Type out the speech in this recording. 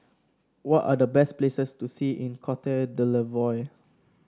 what are the best places to see in Cote d'Ivoire